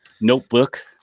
notebook